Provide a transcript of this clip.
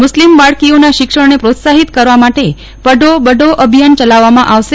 મુસ્લિમ બાળકીઓના શિક્ષણને પ્રોત્સાહિત કરવા માટે પઢો બઢો અભિયાન ચલાવવામાં આવશે